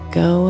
go